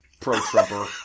pro-Trumper